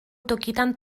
tokietan